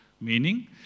Meaning